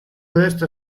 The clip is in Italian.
est